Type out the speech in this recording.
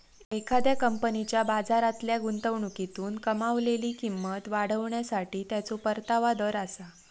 एखाद्या कंपनीच्या बाजारातल्या गुंतवणुकीतून कमावलेली किंमत वाढवण्यासाठी त्याचो परतावा दर आसा